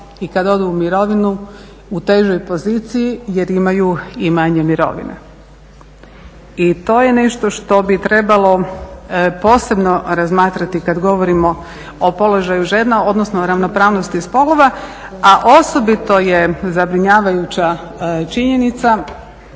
i kada odu u mirovinu u težoj poziciji jer imaju i manje mirovine. I to je nešto što bi trebalo posebno razmatrati kad govorimo o položaju žena, odnosno o ravnopravnost spolova a osobito je zabrinjavajuća činjenica